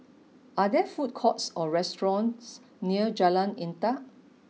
are there food courts or restaurants near Jalan Intan